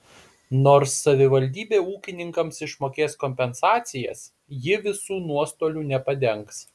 nors savivaldybė ūkininkams išmokės kompensacijas ji visų nuostolių nepadengs